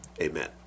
Amen